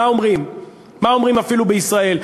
מה אומרים אפילו בישראל?